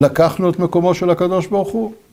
לקחנו את מקומו של הקדוש ברוך הוא?